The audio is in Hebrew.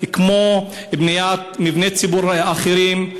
כמו בניית מבני ציבור אחרים.